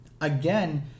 Again